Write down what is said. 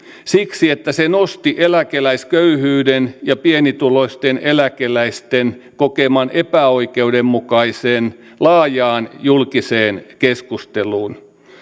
siksi että se nosti eläkeläisköyhyyden ja pienituloisten eläkeläisten kokeman epäoikeudenmukaisuuden laajaan julkiseen keskusteluun